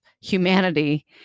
humanity